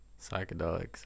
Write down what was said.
psychedelics